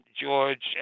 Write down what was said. George